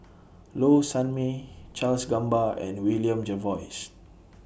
Low Sanmay Charles Gamba and William Jervois